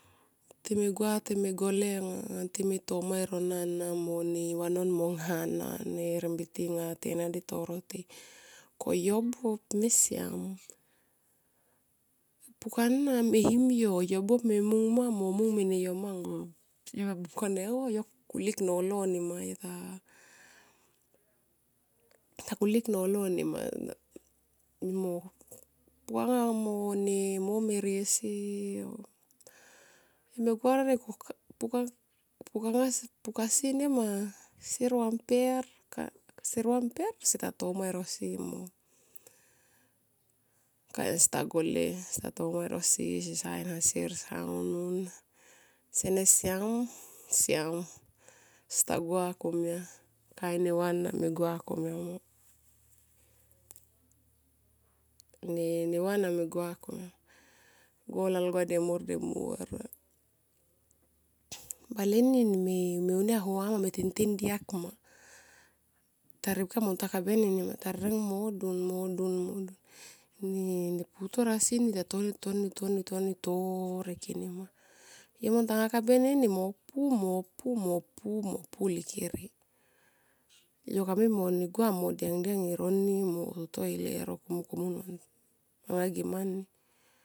Time gua time gole anga time tomae e rona ana mone vanon mong ngha ana ne herbiti anga tena di to rorti. Ko yo buop me siam. Pukana me him yo, yo buop me mung ma mo mung mene yo ma. Yo me mungkone yo kulik nolo nima yota. Pu hanga mo mom e rosi. Yo me gua anga pukasi nema se romper se ta tomae e rosi mo. Kain ana sta gole sta tomae e rosi pe se sa inha sier sa unun sene siam, siam sta gua komia, kain neva ana me gua komia nama. Go lalgua demuor, demuor. Bale ni me unia huam ma me tenten diak ma. Toripka mo ntanga kaben enima ta rieng mo dun mo dun modun, ne putor asini tatoni torek, torek enima. Yo mo ntanga kaben eni mo pu mopu, mopu, mopu likere. Yo kamogua mo diang, diang e roni mo to e lero komun komun anga ge mani.